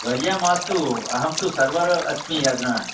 वर्य मास्तु अहं तु सर्वर् अस्मि अधुना